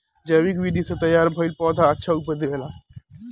जैविक विधि से तैयार भईल पौधा अच्छा उपज देबेला